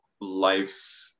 life's